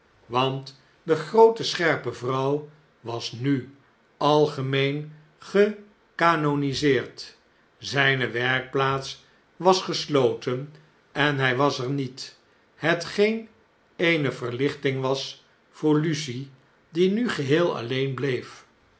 want de groote scherpe vrouw was nu algemeen gecanoniseerd zjjne werkplaats was gesloten en hjj was er niet hetgeen eene verlichting was voor lucie die nu geheel alleen bleef